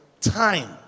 time